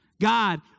God